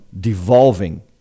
devolving